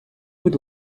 будь